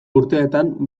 urteetan